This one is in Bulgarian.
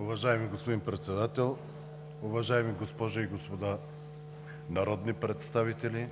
Уважаеми господин Председател, уважаеми дами и господа народни представители!